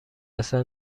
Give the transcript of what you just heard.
اصلا